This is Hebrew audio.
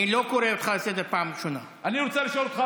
אני רוצה לשאול אותך,